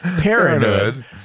Parenthood